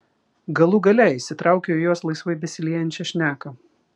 galų gale įsitraukiau į jos laisvai besiliejančią šneką